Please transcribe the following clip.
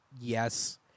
yes